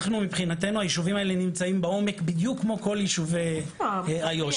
מבחינתנו היישובים האלה נמצאים בעומק בדיוק כמו כל יישובי איו"ש.